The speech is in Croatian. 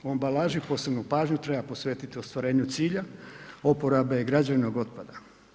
U ambalaži posebnu pažnju treba posvetiti ostvarenju cilja, oporabe građevnog otpada.